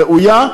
ראויה,